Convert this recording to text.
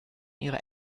ihrer